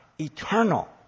eternal